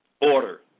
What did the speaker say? order